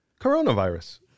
coronavirus